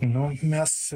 nu mes